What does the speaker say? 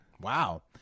Wow